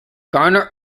garner